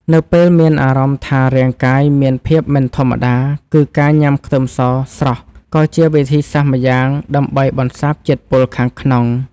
នៅពេលមានអារម្មណ៍ថារាងកាយមានភាពមិនធម្មតាគឺការញ៉ាំខ្ទឹមសស្រស់ក៏ជាវិធីសាស្ត្រម្យ៉ាងដើម្បីបន្សាបជាតិពុលខាងក្នុង។